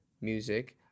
Music